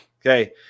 Okay